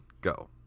go